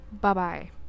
bye-bye